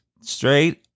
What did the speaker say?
straight